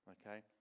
Okay